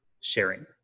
sharing